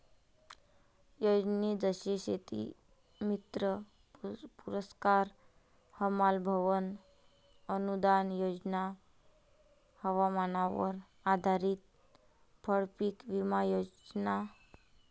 योजने जसे शेतीमित्र पुरस्कार, हमाल भवन अनूदान योजना, हवामानावर आधारित फळपीक विमा योजना